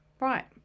right